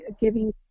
giving